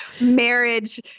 marriage